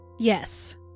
yes